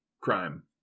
crime